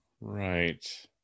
right